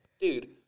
Dude